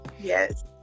yes